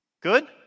Good